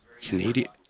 Canadian